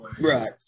Right